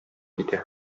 китә